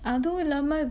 அது இல்லாம:athu illaama